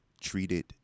treated